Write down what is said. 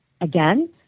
Again